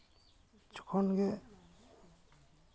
ᱡᱚᱠᱷᱚᱱ ᱜᱮ